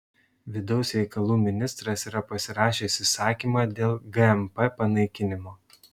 vidaus reikalų ministras yra pasirašęs įsakymą dėl gmp panaikinimo